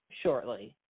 shortly